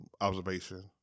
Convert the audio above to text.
observation